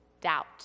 doubt